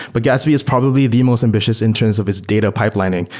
but gatsby is probably the most ambitious in terms of its data pipelining,